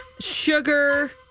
Sugar